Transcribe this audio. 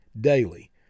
daily